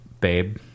Babe